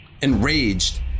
Enraged